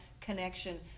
connection